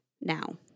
now